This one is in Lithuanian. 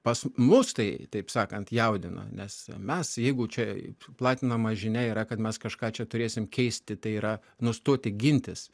pas mus tai taip sakant jaudina nes mes jeigu čia platinama žinia yra kad mes kažką čia turėsim keisti tai yra nustoti gintis